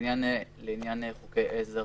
בעניין חוקי עזר